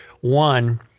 One